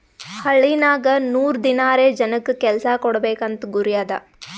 ಹಳ್ಳಿನಾಗ್ ನೂರ್ ದಿನಾರೆ ಜನಕ್ ಕೆಲ್ಸಾ ಕೊಡ್ಬೇಕ್ ಅಂತ ಗುರಿ ಅದಾ